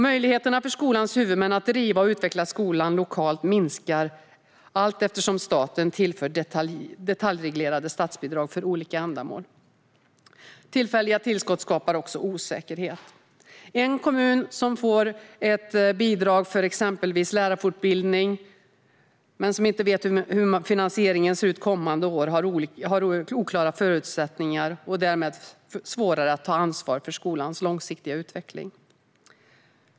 Möjligheterna för skolans huvudmän att driva och utveckla skolan lokalt minskar allteftersom staten tillför detaljreglerade statsbidrag för olika ändamål. Tillfälliga tillskott skapar också osäkerhet. En kommun som får ett bidrag för exempelvis lärarfortbildning men som inte vet hur finansieringen ser ut kommande år har oklara förutsättningar och därmed svårare att ta ansvar för skolans långsiktiga utveckling.